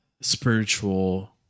spiritual